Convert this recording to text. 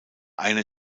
einer